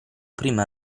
prima